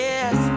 Yes